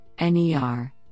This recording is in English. NER